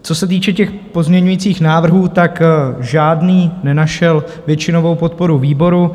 Co se týče těch pozměňovacích návrhů, žádný nenašel většinovou podporu výboru.